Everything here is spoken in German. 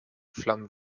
flammen